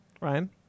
Ryan